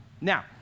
Now